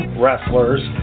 wrestlers